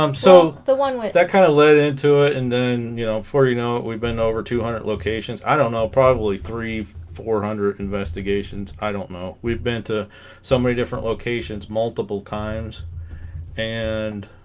um so the one way that kind of led into it and then you know before you know we've been over two hundred locations i don't know probably three four hundred investigations i don't know we've been to so many different locations multiple times and